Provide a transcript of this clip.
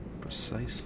Precisely